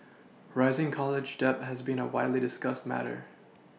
rising college debt has been a widely discussed matter